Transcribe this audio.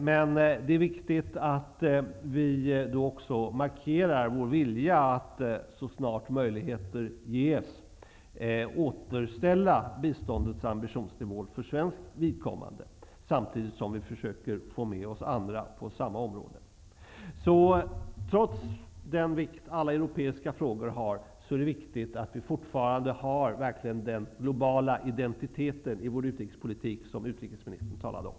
Men det är viktigt att vi också markerar vår vilja att, så snart möjligheter ges, återställa biståndets ambitionsnivå för svenskt vidkommande, samtidigt som vi försöker få med oss andra på samma område. Trots den vikt alla europeiska frågor tillmäts är det viktigt att vi verkligen behåller den globala identitet i vår utrikespolitik som utrikesministern talade om.